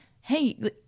Hey